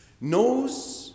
knows